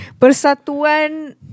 Persatuan